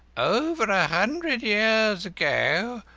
over a hundred years ago,